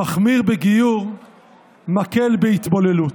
המחמיר בגיור מקל בהתבוללות.